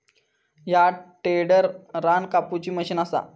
ह्या टेडर रान कापुची मशीन असा